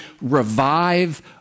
revive